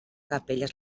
capelles